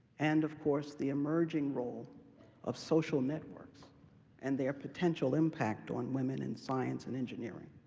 and of course the emerging role of social networks and their potential impact on women in science and engineering,